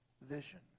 vision